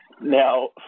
Now